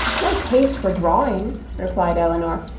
no taste for drawing! replied elinor,